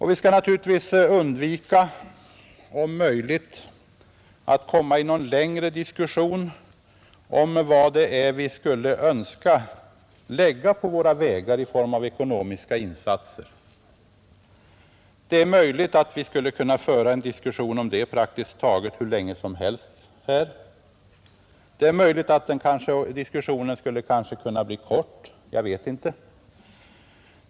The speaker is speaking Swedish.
Vi kan naturligtvis komma in i en längre diskussion om vilka ekonomiska insatser vi skulle vilja göra för våra vägar. Vi skulle kunna föra en diskussion om den saken praktiskt taget hur länge som helst. Den diskussionen skulle också kunna bli kort.